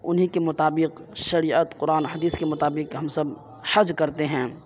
انہیں کے مطابق شریعت قرآن حدیث کے مطابق ہم سب حج کرتے ہیں